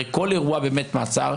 הרי כל אירוע בבית מעצר,